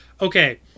okay